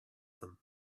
them